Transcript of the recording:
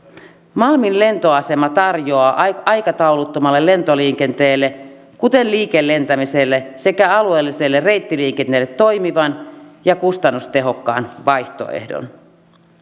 malmin lentoasema tarjoaa aikatauluttomalle lentoliikenteelle kuten liikelentämiselle sekä alueelliselle reittiliikenteelle toimivan ja kustannustehokkaan vaihtoehdon